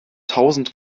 tausend